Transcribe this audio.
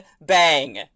bang